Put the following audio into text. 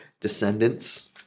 descendants